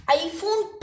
iPhone